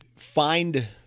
Find